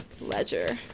Ledger